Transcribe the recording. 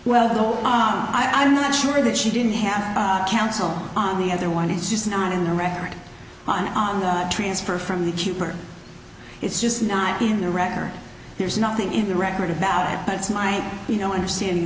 well though ah i am not sure that she didn't have counsel on the other one is just not in the record on the transfer from the keeper it's just not in the record there's nothing in the record about that but it's my you know understanding